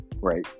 right